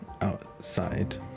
outside